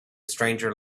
stranger